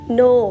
no